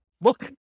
look